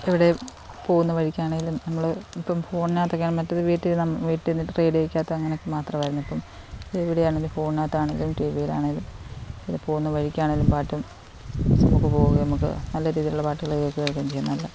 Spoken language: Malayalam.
എവിടെ പോകുന്ന വഴിക്കാണേലും നമ്മൾ ഇപ്പം ഫോണിനകത്തൊക്കെ ആണേലും മറ്റേത് വീട്ടിൽ നം വീട്ടീന്ന് റേഡിയോക്കകത്തങ്ങനൊക്കെ മാത്രമായിരുന്നപ്പം എവിടെയാണേലും ഫോണിനകത്താണേലും ടി വിലാണേലും ഒരു പോകുന്ന വഴിക്കാണേലും പാട്ടും ആസ്വദിച്ച് പോകേം നമുക്ക് നല്ല രീതിയിലുള്ള പാട്ടുകൾ കേൾക്കേം ചെയ്യാം നല്ല